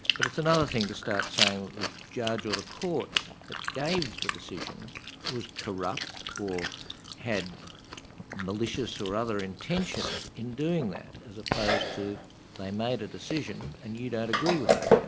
but it's another thing to start saying the judge or the court that gave the decision was corrupt or had malicious or other intentions in doing that, as opposed to they made a decision and you don't agree with it.